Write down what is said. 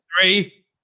three